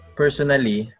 personally